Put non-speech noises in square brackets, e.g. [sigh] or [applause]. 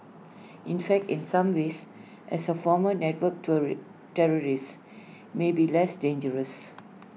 in fact in some ways as A formal network [unintelligible] terrorists may be less dangerous